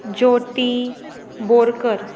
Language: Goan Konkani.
ज्योती बोरकर